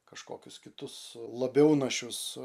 kažkokius kitus labiau našius